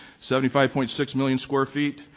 seventy five point six million square feet,